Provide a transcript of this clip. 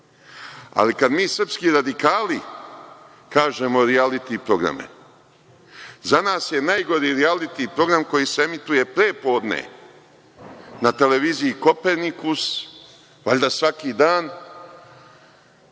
Ali, kad mi srpski radikali kažemo rijaliti programe, za nas je najgori rijaliti program koji se emituje pre podne na televiziji Kopernikus, valjda svaki dan,